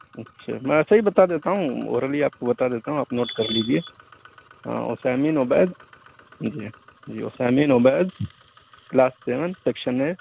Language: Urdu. اچھا میں ایسے ہی بتا دیتا ہوں اورلی آپ کو بتا دیتا ہوں آپ نوٹ کر لیجیے ہاں Usaimin Ubaid ji Usaimin Ubaid class seven section اے